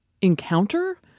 encounter